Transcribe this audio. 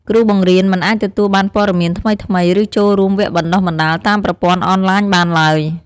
គ្រូបង្រៀនមិនអាចទទួលបានព័ត៌មានថ្មីៗ ឬចូលរួមវគ្គបណ្តុះបណ្តាលតាមប្រព័ន្ធអនឡាញបានឡើយ។